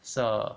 so